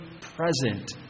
present